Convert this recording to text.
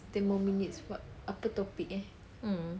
ten more minutes but apa topic eh